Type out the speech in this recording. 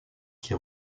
qui